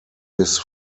his